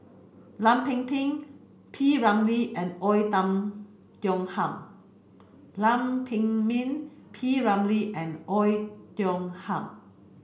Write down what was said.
Lam Pin Pin P Ramlee and Oei Tiong Ham Lam Pin Min P Ramlee and Oei Tiong Ham